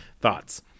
thoughts